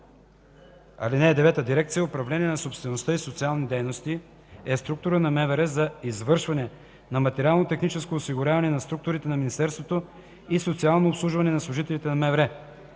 (9) Дирекция „Управление на собствеността и социални дейности” е структура на МВР за извършване на материално-техническо осигуряване на структурите на министерството и социално обслужване на служителите на МВР.